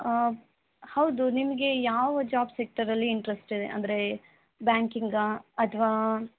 ಹೌದು ನಿಮಗೆ ಯಾವ ಜಾಬ್ ಸೆಕ್ಟರಲ್ಲಿ ಇಂಟ್ರೆಸ್ಟ್ ಇದೆ ಅಂದ್ರೆ ಬ್ಯಾಂಕಿಂಗಾ ಅಥ್ವಾ